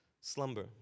slumber